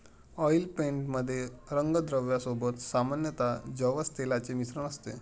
oil paint मध्ये रंगद्रव्या सोबत सामान्यतः जवस तेलाचे मिश्रण असते